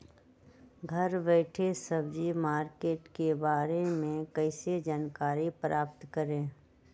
घर बैठे सब्जी मार्केट के बारे में कैसे जानकारी प्राप्त करें?